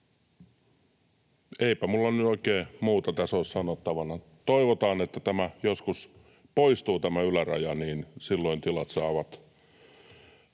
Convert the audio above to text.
Eipä minulla on nyt oikein muuta tässä ole sanottavana. Toivotaan, että tämä yläraja joskus poistuu. Silloin tilat saavat